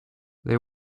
they